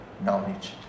knowledge